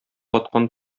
аткан